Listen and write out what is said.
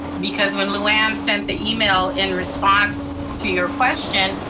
because when lou anne sent the email in response to your question,